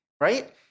right